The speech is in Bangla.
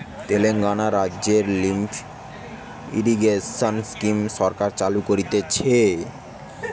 তেলেঙ্গানা রাজ্যতে লিফ্ট ইরিগেশন স্কিম সরকার চালু করতিছে